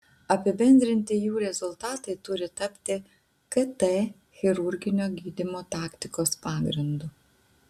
apibendrinti jų rezultatai turi tapti kt chirurginio gydymo taktikos pagrindu